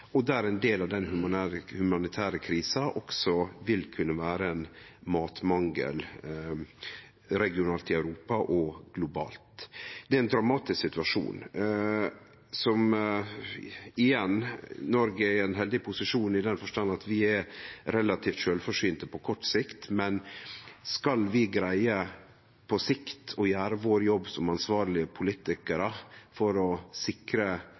og der ein del av den humanitære krisa også vil kunne vere matmangel regionalt i Europa og globalt. Det er ein dramatisk situasjon, der Noreg – igjen – er i ein heldig posisjon, i den forstand at vi er relativt sjølvforsynte på kort sikt, men skal vi på sikt greie å gjere jobben vår som ansvarlege politikarar for å sikre